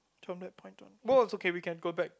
turn that point on oh it's okay we can go back